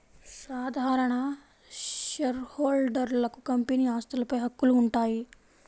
సాధారణ షేర్హోల్డర్లకు కంపెనీ ఆస్తులపై హక్కులు ఉంటాయి